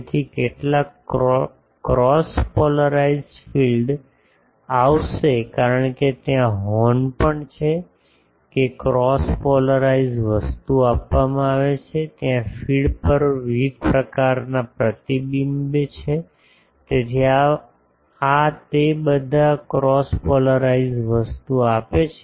તેથી કેટલાક cross polarised field આવશે કારણ કે ત્યાં હોર્ન પણ છે કે ક્રોસ પોલારિઝડ વસ્તુ આપવામાં આવે છે ત્યાં ફીડ પર વિવિધ પ્રકારના પ્રતિબિંબે છે તેથી આ તે બધા ક્રોસ પોલારિઝડ વસ્તુ આપે છે